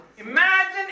Imagine